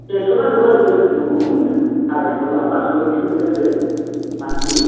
पेन्सनआ एरखो आजिखालि बहुथ खमनो माथो आरायस' ना फास्स' इसोर होननाय खोनादो मान्टलि